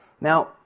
Now